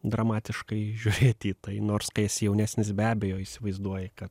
dramatiškai žiūrėti į tai nors kai esi jaunesnis be abejo įsivaizduoji kad